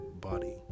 body